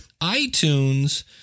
iTunes